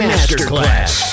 Masterclass